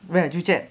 where joo chiat